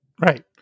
Right